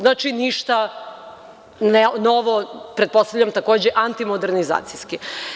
Znači, ništa novo, pretpostavljam takođe antimodernizacijski.